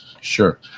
sure